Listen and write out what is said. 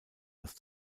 das